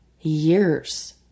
years